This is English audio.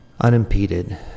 unimpeded